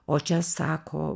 o čia sako